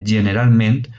generalment